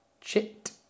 Chit